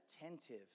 attentive